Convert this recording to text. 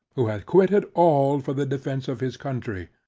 who hath quitted all for the defence of his country.